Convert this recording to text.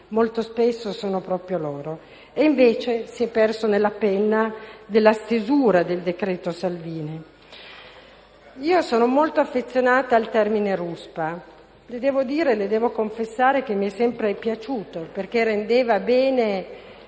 molto spesso sono proprio loro e invece tutto questo si è perso nella stesura del decreto Salvini. Io sono molto affezionata al termine ruspa. Le devo confessare che mi è sempre piaciuto, perché rendeva bene